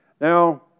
Now